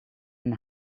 een